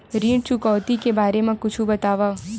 ऋण चुकौती के बारे मा कुछु बतावव?